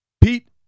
Pete